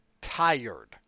tired